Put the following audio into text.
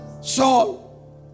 Saul